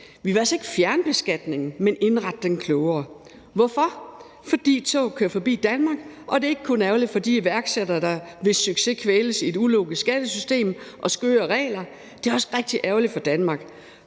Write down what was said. Vi vil altså ikke fjerne beskatningen, men indrette den klogere. Hvorfor? Fordi toget kører forbi Danmark, og det er ikke kun ærgerligt for de iværksættere, hvis succes kvæles i et ulogisk skattesystem og skøre regler, det er også rigtig ærgerligt for Danmark.